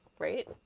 Right